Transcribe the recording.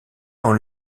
dans